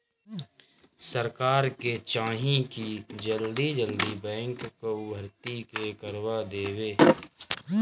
सरकार के चाही की जल्दी जल्दी बैंक कअ भर्ती के करवा देवे